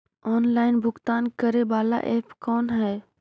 Online भुगतान करे बाला ऐप कौन है?